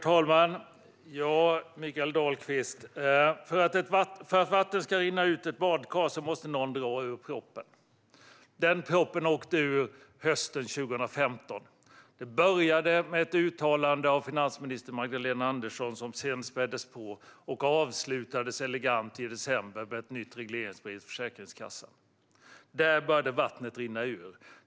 Herr talman! För att vattnet ska rinna ur ett badkar måste någon dra ur proppen, Mikael Dahlqvist. Den proppen åkte ur hösten 2015. Det började med ett uttalande av finansminister Magdalena Andersson som sedan späddes på och avslutades elegant i december med ett nytt regleringsbrev till Försäkringskassan. Där började vattnet rinna ur.